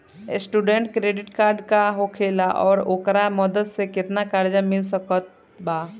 Student credit card का होखेला और ओकरा मदद से केतना कर्जा मिल सकत बा?